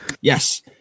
Yes